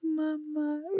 Mama